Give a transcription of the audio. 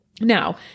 Now